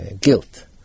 guilt